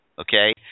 Okay